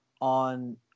on